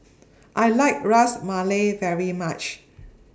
I like Ras Malai very much